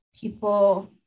people